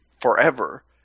forever